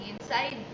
inside